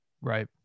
Right